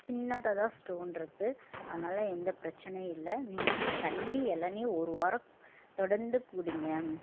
சின்னதாக தான் ஸ்டோன் இருக்குது அதனால் எந்த பிரச்சினையும் இல்லை நீங்கள் வந்து தண்ணி இளநீ ஒரு வாரம் தொடர்ந்து குடிங்க